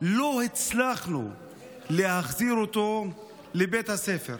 לא הצלחנו להחזיר אותו לבית הספר.